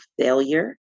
failure